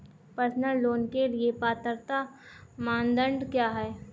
Personal loan के लिए पात्रता मानदंड क्या हैं?